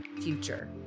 future